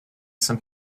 some